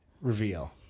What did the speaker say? reveal